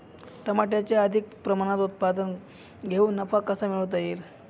टमाट्याचे अधिक प्रमाणात उत्पादन घेऊन नफा कसा मिळवता येईल?